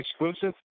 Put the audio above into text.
exclusive